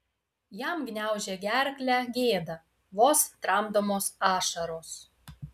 jam gniaužė gerklę gėda vos tramdomos ašaros